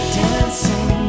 dancing